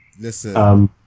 Listen